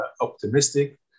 optimistic